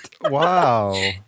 Wow